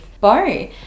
Bo